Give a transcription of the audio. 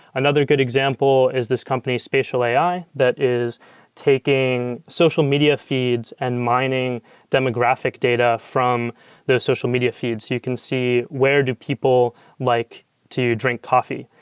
another good example is this company spatial ai that is taking social media media feeds and mining demographic data from the social media feeds. you can see where do people like to drink coffee,